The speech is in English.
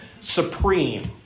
supreme